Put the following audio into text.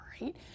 right